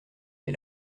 les